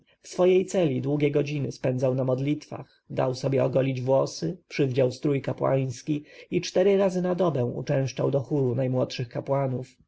swojej celi długie godziny spędzał na modlitwach dał sobie ogolić włosy przywdział strój kapłański i cztery razy na dobę uczęszczał do chóru najmłodszych kapłanów